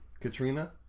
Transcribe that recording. Katrina